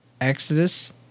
Exodus